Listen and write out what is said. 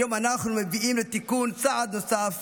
היום אנחנו מביאים תיקון בצעד נוסף